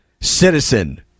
citizen